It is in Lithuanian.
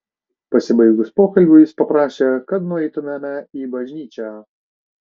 pasibaigus pokalbiui jis paprašė kad nueitumėme į bažnyčią